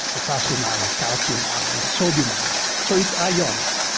potassium ions, calcium ions, sodium ions. so it's ionics.